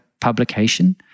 publication